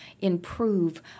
improve